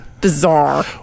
bizarre